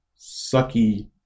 sucky